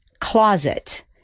closet